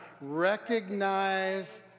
recognize